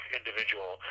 individual